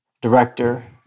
director